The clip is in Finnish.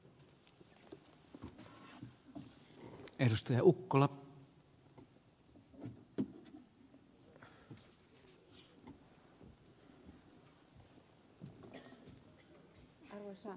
arvoisa puhemies